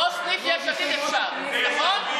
ראש סניף יש עתיד אפשר, נכון?